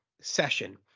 session